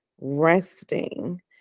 resting